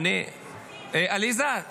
--- עליזה,